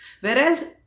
Whereas